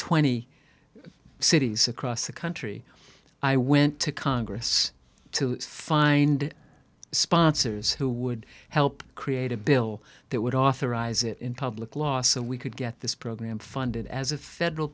twenty cities across the country i went to congress to find sponsors who would help create a bill that would authorize it in public law so we could get this program funded as a federal